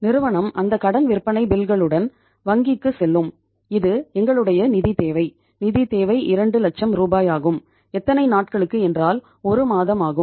நிறுவனம் அந்த கடன் விற்பனை பில்களுடன் வங்கிக்குச் செல்லும் இது எங்களுடைய நிதித் தேவை நிதித் தேவை 2 லட்சம் ரூபாயாகும் எத்தனை நாட்களுக்கு என்றால் 1 மாதம் ஆகும்